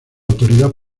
autoridad